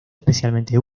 especialmente